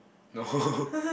no